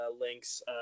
links